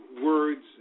words